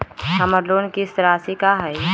हमर लोन किस्त राशि का हई?